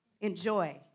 enjoy